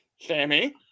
Sammy